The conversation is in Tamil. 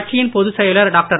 கட்சியின் பொதுச்செயலர் டாக்டர்